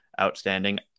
outstanding